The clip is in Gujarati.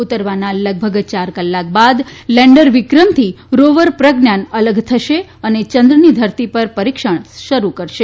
ઉતરવાના લગભગ યાર કલાક બાદ લેન્ડર વિક્રમથી રોવર પ્રજ્ઞાન અલગ થશે અને ચંદ્રની ધરતી પર પરીક્ષણ શરૂ કરશે